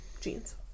jeans